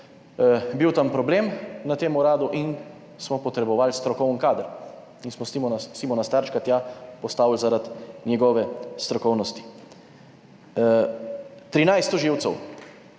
bil tam problem na tem uradu in smo potrebovali strokoven kader in smo Simona Starčka tja postavili zaradi njegove strokovnosti. Trinajst tožilcev,